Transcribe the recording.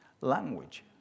language